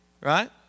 Right